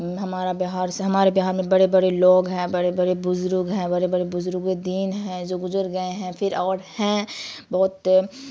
ہمارا بہار سے ہمارے بہار میں بڑے بڑے لوگ ہیں بڑے بڑے بزرگ ہیں بڑے بڑے بزرگ دین ہیں جو گجر گئے ہیں پھر اور ہیں بہت